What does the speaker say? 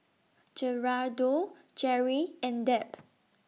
Gerardo Gerry and Deb